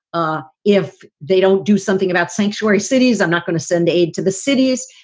ah if they don't do something about sanctuary cities, i'm not going to send aid to the cities.